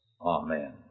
Amen